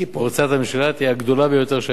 הממשלה תהיה הגדולה ביותר שהיתה עד כה.